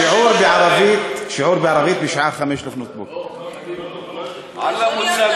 שיעור בערבית בשעה 05:00. יכול להיות מעניין.